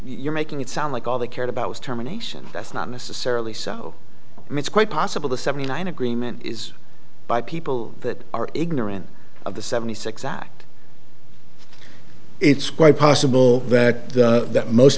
you're making it sound like all they cared about was terminations that's not necessarily so and it's quite possible the seventy nine agreement is by people that are ignorant of the seventy six act it's quite possible that that most